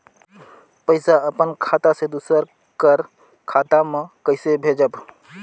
पइसा अपन खाता से दूसर कर खाता म कइसे भेजब?